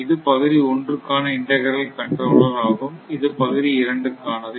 இது பகுதி ஒன்றுக்கான இன்டக்ரல் கண்ட்ரோலர் ஆகும் இது பகுதி 2 க்கானது